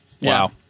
Wow